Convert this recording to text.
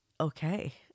Okay